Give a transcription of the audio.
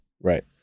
Right